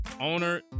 owner